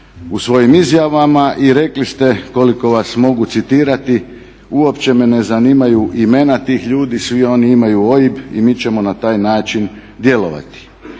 u svojim izjavama i rekli ste koliko vas mogu citirati uopće me ne zanimaju imena tih ljudi, svi oni imaju OIB i mi ćemo na taj način djelovati.